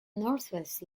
northwest